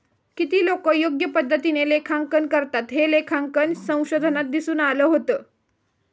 किती लोकं योग्य पद्धतीने लेखांकन करतात, हे लेखांकन संशोधनात दिसून आलं होतं